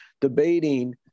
debating